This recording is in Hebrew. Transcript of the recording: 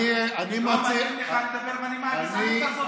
אני מציע, לא מתאים לך לדבר בנימה הגזענית הזאת.